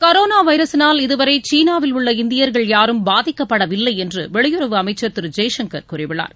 corona வைரஸினால் இதுவரை சீனாவில் உள்ள இந்தியர்கள் யாரும் பாதிக்கப்படவில்லை என்று வெளியுறவு அமைச்சர் திரு ஜெய்சங்கர் கூறியுள்ளார்